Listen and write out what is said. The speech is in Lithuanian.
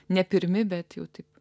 ne pirmi bet jau taip